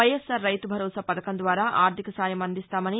వైఎస్సార్ రైతు భరోసా పథకం ద్వారా ఆర్గిక సాయం అందిస్తామని